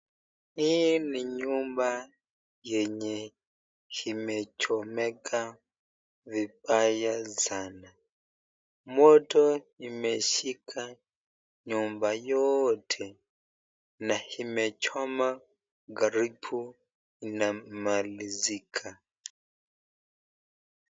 Hii ni nyumba yenye imechomeka vibaya sana. Moto imeshika nyumba yote na imechoma karibu inamalizika.